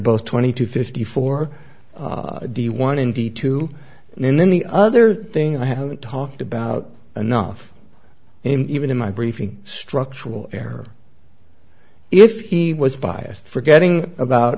both twenty two fifty four d one in d two and then the other thing i haven't talked about enough in even in my briefing structural error if he was biased forgetting about